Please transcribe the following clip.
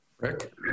Rick